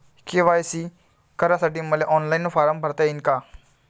KYC करासाठी मले online form भरता येईन का?